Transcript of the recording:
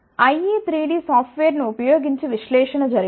IE3D సాఫ్ట్వేర్ను ఉపయోగించి విశ్లేషణ జరిగింది